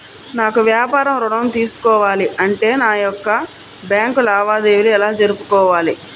నాకు వ్యాపారం ఋణం తీసుకోవాలి అంటే నా యొక్క బ్యాంకు లావాదేవీలు ఎలా జరుపుకోవాలి?